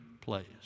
place